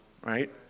right